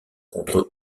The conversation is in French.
contre